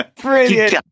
Brilliant